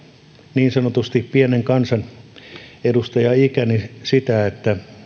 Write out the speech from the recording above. niin sanotusti pienen kansanedustajaikäni sitä että